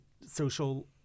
social